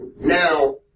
now